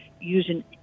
using